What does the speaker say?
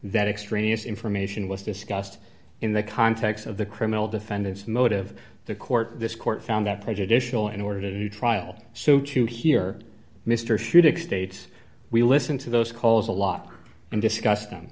that extraneous information was discussed in the context of the criminal defendants motive the court this court found that prejudicial in order to a new trial so to hear mr shubrick states we listen to those calls a lot and discuss them